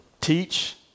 Teach